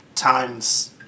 times